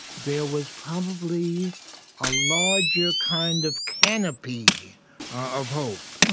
there was probably a larger kind of canopy of hope